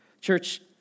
Church